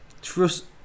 trust